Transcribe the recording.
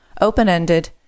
open-ended